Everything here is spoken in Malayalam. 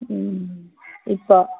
മ് ഇപ്പോൾ